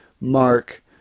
Mark